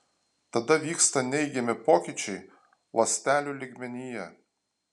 tada vyksta neigiami pokyčiai ląstelių lygmenyje